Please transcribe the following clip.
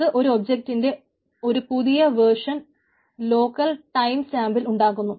അത് ഒരു ഒബ്ജക്റ്റിന്റെ ഒരു പുതിയ വേർഷൻ ലോക്കൽ ടൈം സ്റ്റാമ്പിൽ ഉണ്ടാക്കുന്നു